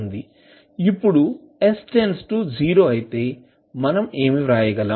ఇప్పుడు s → 0 అయితే మనం ఏమి వ్రాయగలం